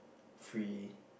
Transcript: free